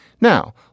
Now